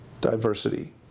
diversity